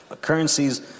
Currencies